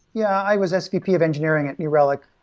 yeah i was svp of engineering at new relic,